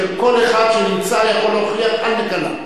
שכל אחד שנמצא יכול להוכיח על נקלה.